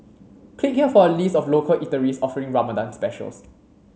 click here for a list of local eateries offering Ramadan specials